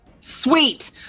Sweet